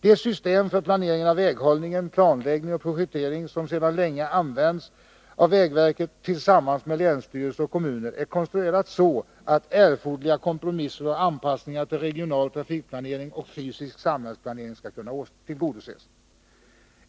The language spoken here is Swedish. Det system för planeringen av väghållningen, planläggning och projektering, som sedan länge används av vägverket tillsammans med länsstyrelser och kommuner är konstruerat så att erforderliga kompromisser och anpassningar till regional trafikplanering och fysisk samhällsplanering skall kunna tillgodoses.